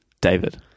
David